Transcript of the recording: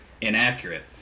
Inaccurate